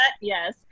yes